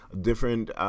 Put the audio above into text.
different